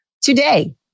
Today